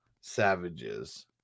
Savages